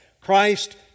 Christ